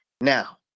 now